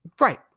Right